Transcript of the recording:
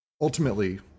ultimately